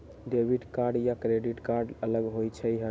Debit card या credit card अलग होईछ ई?